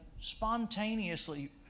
spontaneously